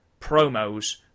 promos